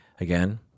Again